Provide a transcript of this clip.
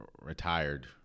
Retired